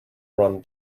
run